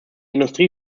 industrie